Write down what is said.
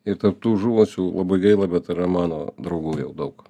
ir taptų žuvusių labai gaila bet yra mano draugų jau daug